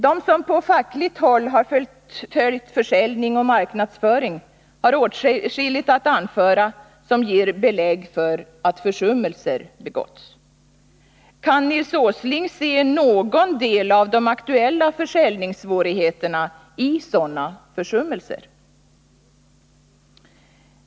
De som på fackligt håll har följt försäljning och marknadsföring har åtskilligt att anföra som ger belägg för att försummelser begåtts. Kan Nils Åsling se anledningen till någon del av försäljningssvårigheterna i sådana försummelser?